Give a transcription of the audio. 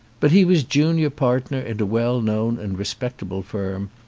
but he was junior partner in a well-known and respectable firm,